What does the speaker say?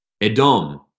Edom